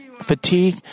fatigue